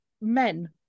men